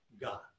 God